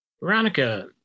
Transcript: Veronica